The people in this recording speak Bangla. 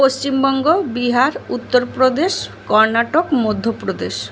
পশ্চিমবঙ্গ বিহার উত্তর প্রদেশ কর্ণাটক মধ্য প্রদেশ